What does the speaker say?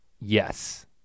Yes